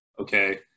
okay